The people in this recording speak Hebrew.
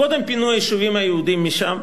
קודם פינו את היישובים היהודיים משם,